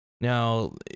now